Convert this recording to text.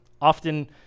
often